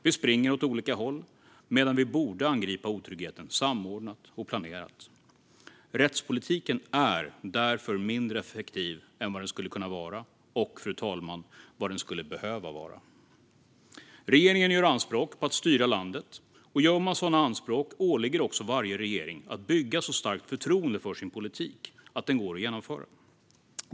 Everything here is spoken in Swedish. Vi springer åt olika håll, medan vi borde angripa otryggheten samordnat och planerat. Rättspolitiken är därför mindre effektiv än vad den skulle kunna vara och, fru talman, vad den skulle behöva vara. Regeringen gör anspråk på att styra landet. Då åligger det också regeringen att bygga ett så starkt förtroende för sin politik att den går att genomföra.